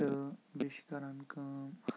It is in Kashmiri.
تہٕ بیٚیہِ چھِ کَران کٲم